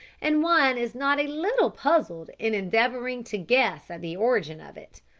and one is not a little puzzled in endeavouring to guess at the origin of it.